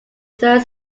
third